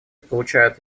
получают